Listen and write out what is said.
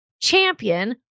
Champion